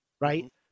right